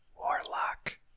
warlock